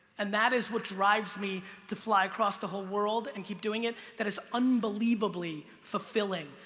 and that is what drives me to fly across the whole world and keep doing it. that is unbelievably fulfilling.